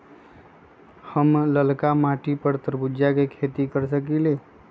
हम लालका मिट्टी पर तरबूज के खेती कर सकीले?